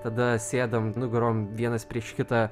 tada sėdam nugarom vienas prieš kitą